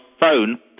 phone